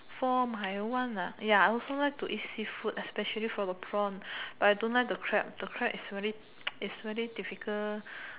for my one ah ya I also like to eat seafood especially for the prawn but I don't like the crab the crab is very difficult